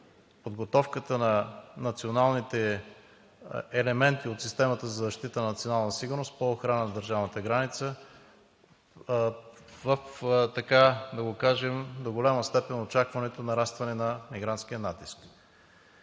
подготовката на националните елементи от системата за защита на националната сигурност по охрана на държавната граница в, така да го кажем, до голяма степен очакваното нарастване на мигрантския натиск.